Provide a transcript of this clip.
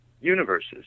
universes